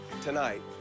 tonight